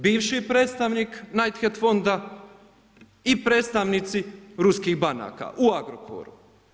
Bivši predstavnik Knighthead fonda i predstavnici ruskih banaka u Agrokoru.